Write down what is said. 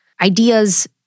ideas